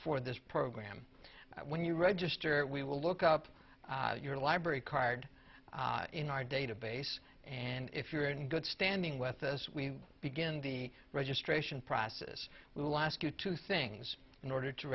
for this program when you register we will look up your library card in our database and if you're in good standing with us we begin the registration process we will ask you two things in order to